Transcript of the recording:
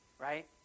Right